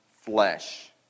flesh